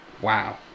Wow